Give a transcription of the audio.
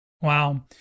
Wow